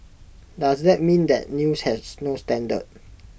does that mean that news has no standard